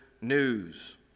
news